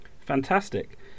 Fantastic